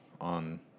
on